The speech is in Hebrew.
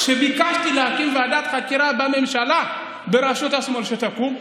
כשביקשתי להקים ועדת חקירה בממשלה בראשות השמאל שתקום,